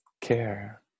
care